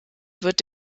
wird